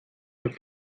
mit